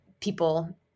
people